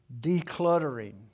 Decluttering